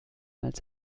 als